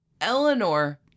Eleanor